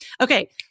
Okay